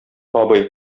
абый